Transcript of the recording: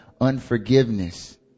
unforgiveness